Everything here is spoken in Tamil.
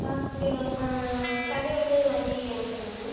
ஆ ஓகே மேம் சண்டே வந்து வண்டி அனுப்புச்சிடுங்க